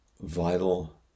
vital